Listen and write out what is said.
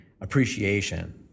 appreciation